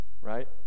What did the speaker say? Right